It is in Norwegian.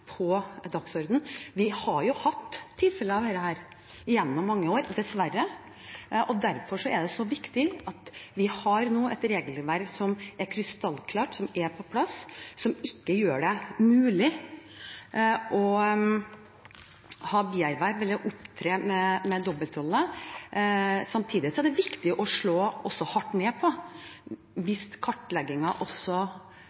på dagsordenen. Vi har hatt tilfeller av dette gjennom mange år – dessverre – og derfor er det så viktig at vi nå har et regelverk som er krystallklart, som er på plass, og som ikke gjør det mulig å ha bierverv eller opptre med dobbeltroller. Samtidig er det også viktig å slå hardt ned på